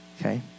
okay